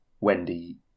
Wendy